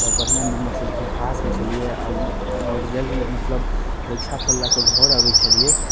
तऽ बढ़िआँ नम्बरसँ जखन पास होइ छलियै आओर रिजल्ट मतलब परीक्षाफल लऽके घर अबै छलियै